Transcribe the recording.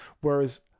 Whereas